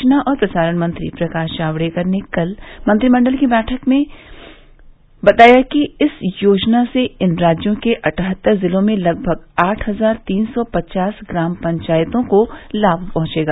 सूचना और प्रसारण मंत्री प्रकाश जावरेकर ने कल मंत्रिमंडल की बैठक के बाद बताया कि इस योजना से इन राज्यों के अठहत्तर जिलों में लगभग आठ हजार तीन सौ पचास ग्राम पंचायतों को लाम पहुंचेगा